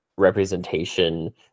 representation